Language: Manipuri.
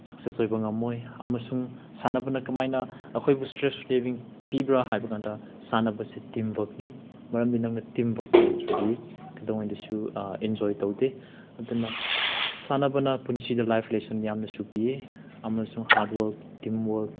ꯁꯛꯁꯦꯁ ꯑꯣꯏꯕ ꯉꯝꯃꯣꯏ ꯑꯃꯁꯨꯡ ꯁꯥꯟꯅꯕꯅ ꯀꯃꯥꯏꯅ ꯑꯩꯈꯣꯏꯕꯨ ꯏꯁꯇ꯭ꯔꯦꯁ ꯔꯤꯂꯤꯕꯤꯡ ꯄꯤꯕ꯭ꯔꯥ ꯍꯥꯏꯕ ꯀꯥꯟꯗ ꯁꯥꯟꯅꯕꯁꯤ ꯇꯤꯝ ꯋꯥꯛꯅꯤ ꯃꯔꯝꯗꯤ ꯅꯪꯅ ꯇꯤꯝ ꯋꯥꯛ ꯇꯧꯗ꯭ꯔꯗꯤ ꯀꯩꯗꯧꯉꯩꯗꯁꯨ ꯑꯦꯟꯖꯣꯏ ꯇꯧꯗꯦ ꯑꯗꯨꯅ ꯁꯥꯟꯅꯕꯅ ꯄꯨꯟꯁꯤꯗ ꯂꯥꯏꯐ ꯂꯦꯁꯟ ꯌꯥꯝꯅꯁꯨ ꯄꯤꯌꯦ ꯑꯃꯁꯨꯡ ꯍꯥꯔꯠ ꯋꯥꯛ ꯇꯤꯝ ꯋꯥꯛ